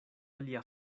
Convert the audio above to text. alia